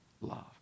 love